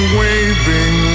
waving